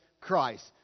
christ